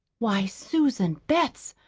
why, susan betts,